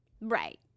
Right